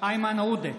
איימן עודה,